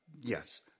yes